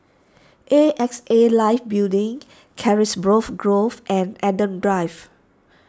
A X A Life Building Carisbrooke Grove and Adam Drive